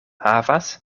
havas